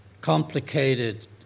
complicated